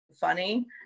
funny